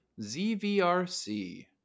ZVRC